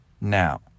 now